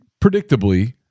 predictably